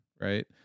right